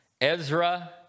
Ezra